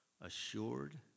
assured